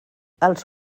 els